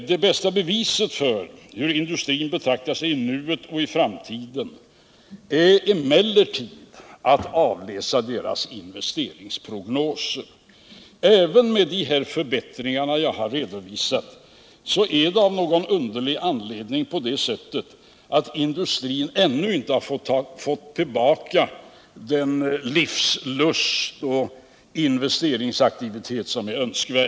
Det bästa beviset för hur industrin betraktar sig i nuet och i framtiden får man emellertid, om man avläser dess investeringsprognoser. Även med de förbättringar jag har redovisat är det av någon underlig anledning på det sättet att industrin ännu inte fått tillbaka den livslust och investeringsaktivitet som är önskvärd.